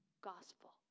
gospel